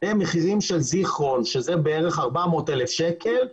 מחירים של זיכרון, שזה בערך 400,000 שקלים,